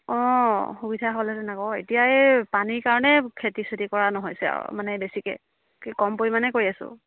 অঁ সুবিধা হ'লে তেনেকুৱা এতিয়া এই পানীৰ কাৰণে খেতি চেতি কৰা নহৈছে আৰু মানে বেছিকৈ কম পৰিমাণে কৰি আছোঁ